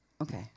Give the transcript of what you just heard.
Okay